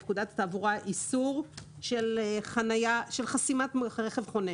חדשה לפקודת התעבורה, איסור של חסימת רכב חונה.